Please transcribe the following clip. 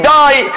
die